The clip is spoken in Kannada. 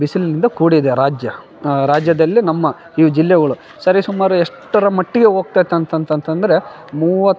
ಬಿಸಿಲಿನಿಂದ ಕೂಡಿದೆ ರಾಜ್ಯ ರಾಜ್ಯದಲ್ಲಿ ನಮ್ಮ ಈ ಜಿಲ್ಲೆಗಳು ಸರಿ ಸುಮಾರು ಎಷ್ಟರ ಮಟ್ಟಿಗೆ ಹೋಗ್ತೈತೆ ಅಂತಂತಂತಂದ್ರೆ ಮೂವತ್ತು